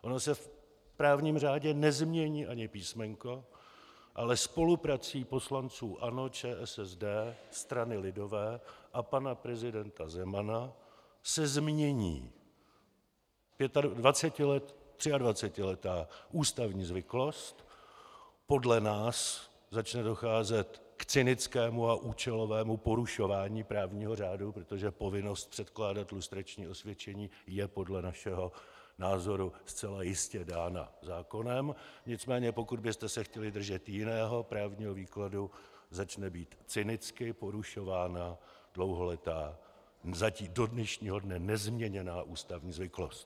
Ono se v právním řádu nezmění ani písmenko, ale spoluprací poslanců ANO, ČSSD, strany lidové a pana prezidenta Zemana se změní 23letá ústavní zvyklost, podle nás začne docházet k cynickému a účelovému porušování právního řádu, protože povinnost předkládat lustrační osvědčení je podle našeho názoru zcela jistě dána zákonem, nicméně pokud byste se chtěli držet jiného právního výkladu, začne být cynicky porušována dlouholetá, zatím do dnešního dne nezměněná ústavní zvyklost.